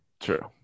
True